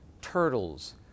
turtles